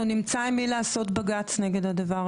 זה מתקדם בהליך נורמלי.